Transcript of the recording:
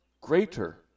greater